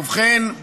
ובכן,